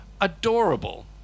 adorable